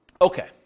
Okay